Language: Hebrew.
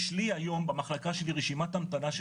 יש לי היום במחלקה שלי רשימת המתנה של